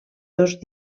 dos